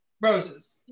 Roses